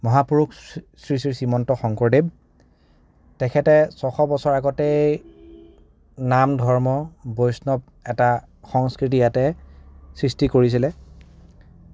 মহাপুৰুষ শ্ৰী শ্ৰী শ্ৰীমন্ত শংকৰদেৱ তেখেতে ছশ বছৰ আগতেই নাম ধৰ্ম বৈষ্ণৱ এটা সংস্কৃতি ইয়াতে সৃষ্টি কৰিছিলে